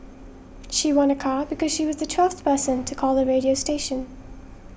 she won a car because she was the twelfth person to call the radio station